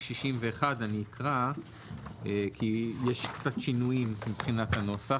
61. אקרא כי יש קצת שינויים מבחינת הנוסח.